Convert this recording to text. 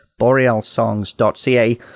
BorealSongs.ca